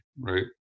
right